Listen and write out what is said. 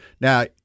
Now